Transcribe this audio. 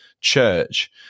church